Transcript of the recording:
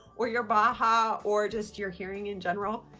or your baha, or just your hearing in general?